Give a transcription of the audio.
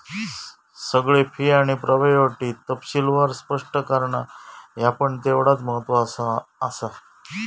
सगळे फी आणि प्रभावी अटी तपशीलवार स्पष्ट करणा ह्या पण तेवढाच महत्त्वाचा आसा